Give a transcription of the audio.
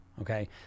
Okay